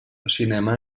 cinema